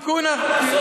לא בעיית אכיפה.